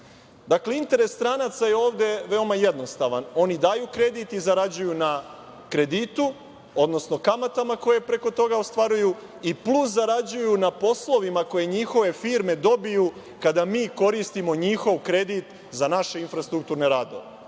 interes stranaca je ovde veoma jednostavan. Oni daju kredit i zarađuju na kreditu, odnosno kamatama koje preko toga ostvaruju, i plus zarađuju na poslovima koje njihove firme dobiju kada mi koristimo njihov kredit za naše infrastrukturne radove.